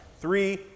Three